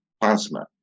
plasma